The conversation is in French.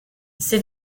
ces